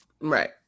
right